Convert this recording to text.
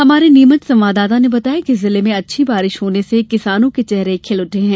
हमारे नीमच संवाददाता ने बताया कि जिले में अच्छी बारिश होने से किसानों के चेहरे खिल उठे हैं